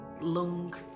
lung